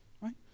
right